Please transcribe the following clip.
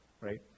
right